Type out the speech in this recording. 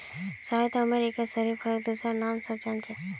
शायद अमेरिकात शरीफाक दूसरा नाम स जान छेक